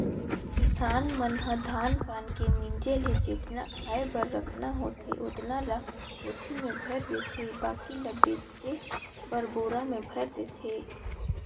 किसान मन ह धान पान के मिंजे ले जेतना खाय बर रखना होथे ओतना ल कोठी में भयर देथे बाकी ल बेचे बर बोरा में भयर देथे